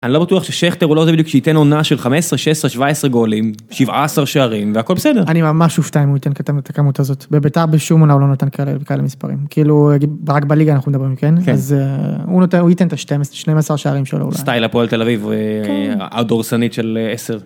אני לא בטוח ששכטר הוא לא יודע בדיוק שייתן עונה של 15 16 17 גולים 17 שערים והכל בסדר אני ממש אופתע אם הוא ייתן כתב את הכמות הזאת בבית"ר בשום עונה הוא לא נותן כאלה המספרים כאילו רק בליגה אנחנו מדברים כן אז הוא נותן הוא ייתן את ה12 12 שערים שלו סטייל הפועל תל אביב הדורסנית של 10.